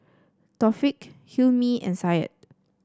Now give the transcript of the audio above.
Taufik Hilmi and Syed